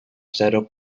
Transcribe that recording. zero